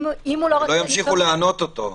שלא ימשיכו לענות אותו.